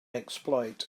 exploit